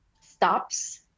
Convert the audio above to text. stops